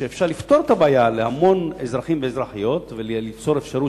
אפשר לפתור את הבעיה להמון אזרחים ואזרחיות וליצור אפשרות